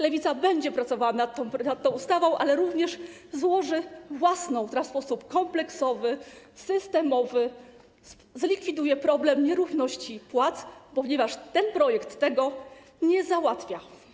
Lewica będzie pracowała nad tą ustawą, ale również złoży własny projekt, który w sposób kompleksowy, systemowy zlikwiduje problem nierówności płac, ponieważ ten projekt tego nie załatwia.